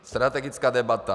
Strategická debata.